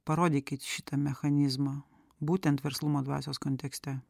parodykit šitą mechanizmą būtent verslumo dvasios kontekste